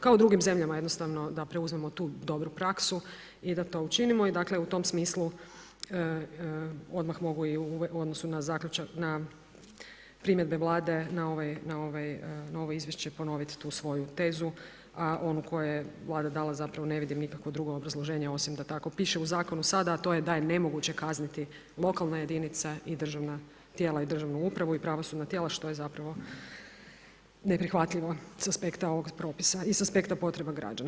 Kao u drugim zemljama, jednostavno da preuzmemo tu dobru praksu i da to učinimo i dakle u tom smislu odmah i u odnosu na primjedbe Vlade na ovo izvješće ponoviti tu svoju tezu a onu koju je Vlada dala zapravo ne vidim nikakvo drugo obrazloženje osim da tako piše u zakonu sada a to je da je nemoguće kazniti lokalne jedinica i tijela državne uprave i pravosudna tijela što je zapravo neprihvatljivo sa aspekta ovog propisa i sa aspekta potreba građana.